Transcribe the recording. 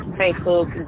facebook